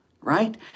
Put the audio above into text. right